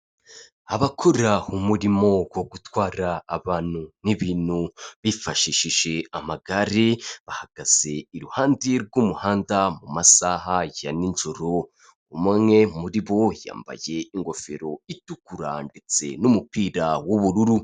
Abakora umurimo wo gutwara abantu n'ibintu bifashishije amagare bahagaze i ruhande rw'umuhanda mu masaha ya nijoro, umwe muri bo yambaye ingofero itukura ndetse n'umupira w'ubururu.